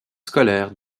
scolaires